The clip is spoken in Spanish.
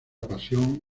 pasión